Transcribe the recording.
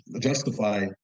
justify